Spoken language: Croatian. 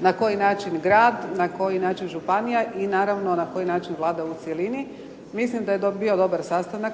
na koji način grad, na koji način županija, i naravno na koji način Vlada u cjelini. Mislim da je to bio dobar sastanak.